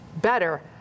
better